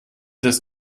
das